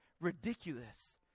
ridiculous